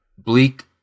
Bleak